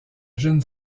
jeune